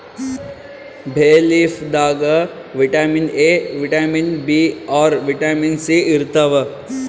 ಬೇ ಲೀಫ್ ದಾಗ್ vitamin A, vitamin B ಆರ್, ವಿಟಮಿನ್ ಸಿ ಇರ್ತವ್